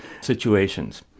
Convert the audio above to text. situations